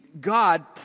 God